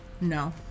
No